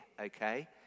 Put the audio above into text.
okay